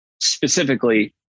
specifically